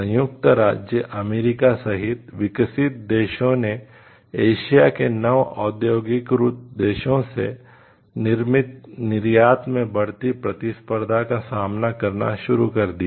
संयुक्त राज्य अमेरिका सहित विकसित देशों ने एशिया के नव औद्योगीकृत देशों से निर्मित निर्यात में बढ़ती प्रतिस्पर्धा का सामना करना शुरू कर दिया